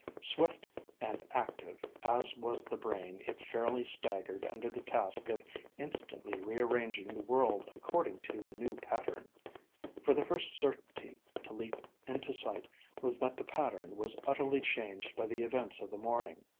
swift and active as was the brain, it fairly staggered under the task of instantly rearranging the world according to the new pattern for the first certainty to leap into sight was that the pattern was utterly changed by the events of the morning.